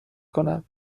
کنم